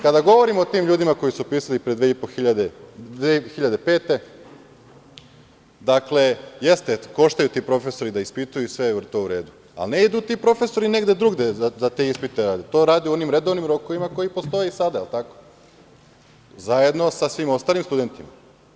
Kada govorimo o tim ljudima koji su upisali pre 2005. godine, dakle, jeste koštaju ti profesori da ispituju i sve je to u redu, ali ne idu ti profesori negde drugde za te ispite, to rade u onim redovnim rokovima koji postoje i sada, zajedno sa svim ostalim studentima.